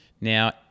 Now